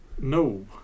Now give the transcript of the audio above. No